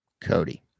Cody